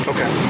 Okay